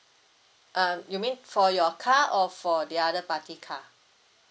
um you mean for your car or for the other party car